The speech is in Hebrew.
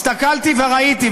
הסתכלתי וראיתי,